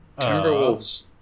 Timberwolves